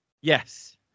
Yes